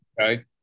Okay